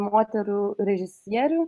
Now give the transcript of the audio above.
moterų režisierių